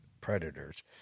predators